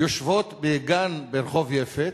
יושבות בגן ברחוב יפת.